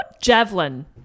Javelin